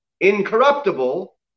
incorruptible